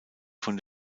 von